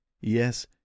Yes